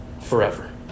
forever